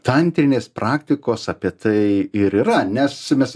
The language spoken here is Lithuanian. tantrinės praktikos apie tai ir yra nes mes